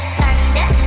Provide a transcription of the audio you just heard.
thunder